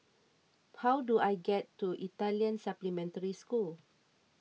how do I get to Italian Supplementary School